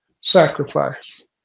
sacrifice